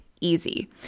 easy